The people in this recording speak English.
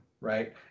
right